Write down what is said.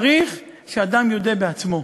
צריך שאדם יודה בעצמו.